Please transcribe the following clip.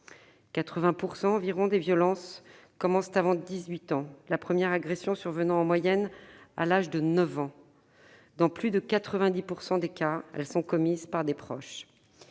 80 % environ des violences commencent avant 18 ans, la première agression survenant en moyenne à l'âge de 9 ans. Dans plus de 90 % des cas, elles sont commises par des proches.